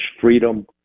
freedom